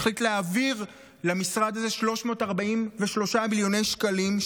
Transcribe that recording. החליט להעביר למשרד הזה 343 מיליוני שקלים,